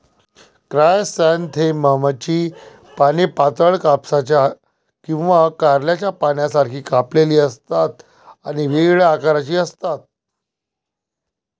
क्रायसॅन्थेममची पाने पातळ, कापसाच्या किंवा कारल्याच्या पानांसारखी कापलेली असतात आणि वेगवेगळ्या आकाराची असतात